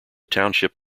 township